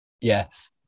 Yes